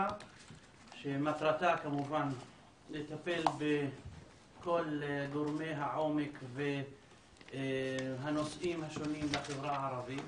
שמטרתה לטפל בכל גורמי העומק והנושאים השונים בחברה הערבית.